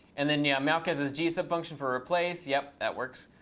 and then, yeah, myaocat gsub function for replace. yep, that works.